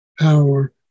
power